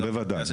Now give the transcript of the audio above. בוודאי.